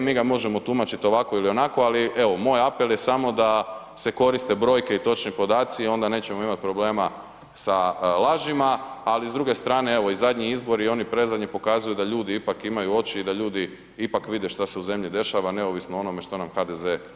Mi ga možemo tumačiti ovako ili onako, ali evo moj apel je samo da se koriste brojke i točni podaci i onda nećemo imati problema sa lažima, ali s druge strane evo i zadnji izbori i oni predzadnji pokazuju ja ljudi ipak imaju oči i da ljudi ipak vide šta se u zemlji dešava neovisno o onome što nam HDZ govori.